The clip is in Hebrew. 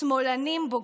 "שמאלנים בוגדים".